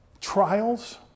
trials